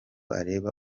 areba